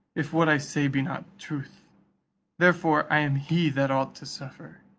if what i say be not truth therefore i am he that ought to suffer.